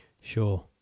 Sure